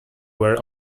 were